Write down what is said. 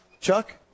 Chuck